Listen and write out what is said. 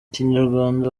kinyarwanda